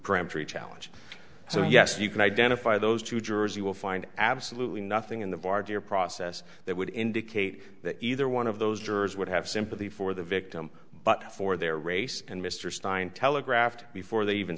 peremptory challenge so yes you can identify those two jurors you will find absolutely nothing in the barge or process that would indicate that either one of those jurors would have sympathy for the victim but for their race and mr stein telegraphed before they even